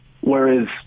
Whereas